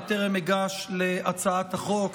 בטרם אגש להצעת החוק,